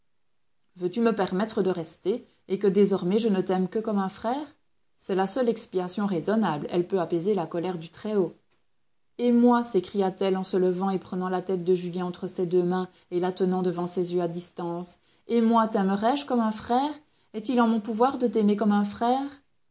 veux-tu me permettre de rester et que désormais je ne t'aime que comme un frère c'est la seule expiation raisonnable elle peut apaiser la colère du très-haut et moi s'écria-t-elle en se levant et prenant la tête de julien entre ses deux mains et la tenant devant ses yeux à distance et moi taimerai je comme un frère est-il en mon pouvoir de t'aimer comme un frère